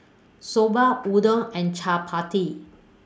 Soba Udon and Chaat Papri